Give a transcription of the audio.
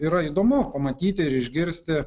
yra įdomu pamatyti ir išgirsti